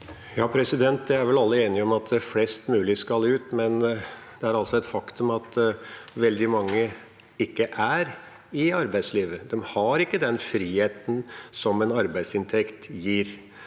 Vi er vel alle enige om at flest mulig skal ut i arbeidslivet, men det er altså et faktum at veldig mange ikke er i arbeidslivet. De har ikke den friheten som en arbeidsinntekt gir.